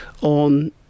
on